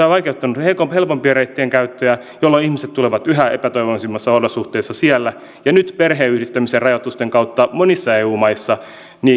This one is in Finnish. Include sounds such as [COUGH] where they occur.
[UNINTELLIGIBLE] on vaikeuttanut niitten helpompien reittien käyttöä jolloin ihmiset tulevat sieltä yhä epätoivoisemmissa olosuhteissa ja nyt perheenyhdistämisen rajoitusten kautta monissa eu maissa